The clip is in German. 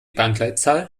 bankleitzahl